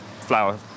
flour